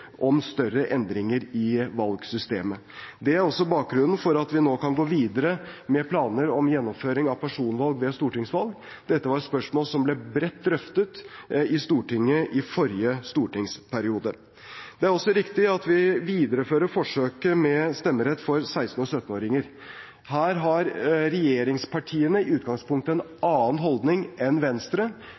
om større endringer i valgsystemet. Det er også bakgrunnen for at vi nå kan gå videre med planer om gjennomføring av personvalg ved stortingsvalg. Dette var spørsmål som ble bredt drøftet i Stortinget i forrige stortingsperiode. Det er også riktig at vi viderefører forsøket med stemmerett for 16- og 17-åringer. Her har regjeringspartiene i utgangspunktet en annen holdning enn Venstre,